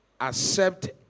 accept